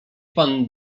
pan